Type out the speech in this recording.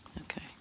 Okay